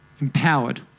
empowered